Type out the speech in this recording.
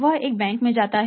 वह एक बैंक में जाता है